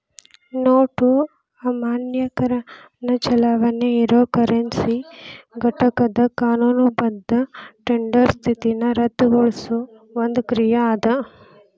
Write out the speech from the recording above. note ಅಮಾನ್ಯೇಕರಣ ಚಲಾವಣಿ ಇರೊ ಕರೆನ್ಸಿ ಘಟಕದ್ ಕಾನೂನುಬದ್ಧ ಟೆಂಡರ್ ಸ್ಥಿತಿನ ರದ್ದುಗೊಳಿಸೊ ಒಂದ್ ಕ್ರಿಯಾ ಅದ